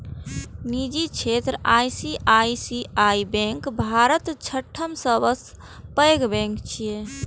निजी क्षेत्रक ICICI bank भारतक छठम सबसं पैघ बैंक छियै